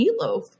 meatloaf